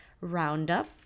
Roundup